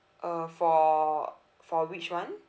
uh for for which [one]